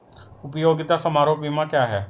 उपयोगिता समारोह बीमा क्या है?